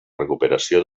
recuperació